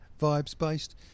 vibes-based